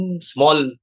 small